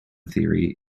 theory